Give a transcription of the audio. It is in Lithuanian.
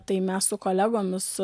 tai mes su kolegomis